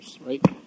right